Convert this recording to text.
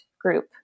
group